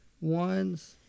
ones